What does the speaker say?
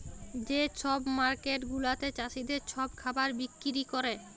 যে ছব মার্কেট গুলাতে চাষীদের ছব খাবার বিক্কিরি ক্যরে